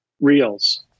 reels